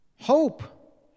hope